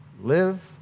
live